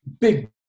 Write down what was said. big